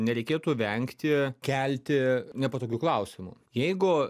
nereikėtų vengti kelti nepatogių klausimų jeigu